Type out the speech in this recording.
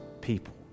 people